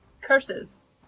curses